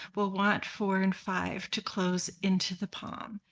we'll want four and five to close into the palm.